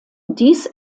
dies